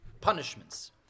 punishments